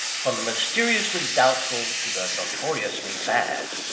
from the mysteriously doubtful to the notoriously bad.